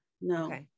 No